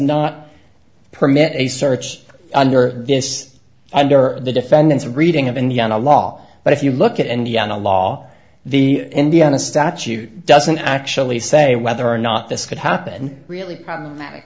not permit a search under this under the defendant's reading of indiana law but if you look at indiana law the indiana statute doesn't actually say whether or not this could happen really problematic